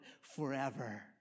forever